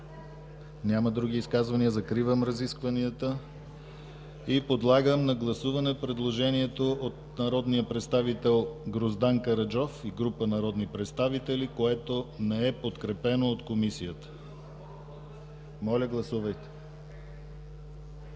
Няма други изказвания. Закривам разискванията. Подлагам на гласуване предложението от народния представител Гроздан Караджов и група народни представители, което не е подкрепено от Комисията. Моля, гласувайте.